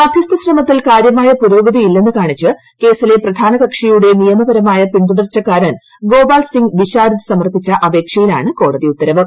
മദ്ധ്യസ്ഥ ശ്രമത്തിൽ കാര്യമായ പുരോഗതി ഇല്ലെന്ന് കാണിച്ച് കേസിലെ പ്രധാന കക്ഷിയുടെ നിയമപരമായ പിൻതുടർച്ചക്കാരൻ ഗോപാൽ സിംഗ് വിശാരദ് സമർപ്പിച്ച അപേക്ഷയിലാണ് കോടതി ഉത്തരവ്